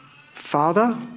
Father